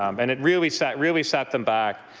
um and it really set really set them back.